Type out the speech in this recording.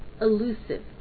elusive